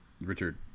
Richard